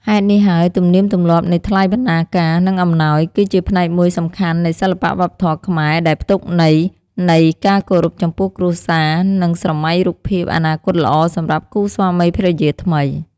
ហេតុនេះហើយទំនៀមទំលាប់នៃថ្លៃបណ្ណាការ និងអំណោយ គឺជាផ្នែកមួយសំខាន់នៃសិល្បៈវប្បធម៌ខ្មែរ ដែលផ្ទុកន័យនៃការគោរពចំពោះគ្រួសារ និងស្រមៃរូបភាពអនាគតល្អសម្រាប់គូស្វាមីភរិយាថ្មី។